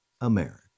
America